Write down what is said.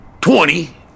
Twenty